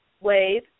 Wave